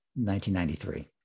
1993